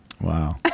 wow